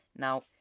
Now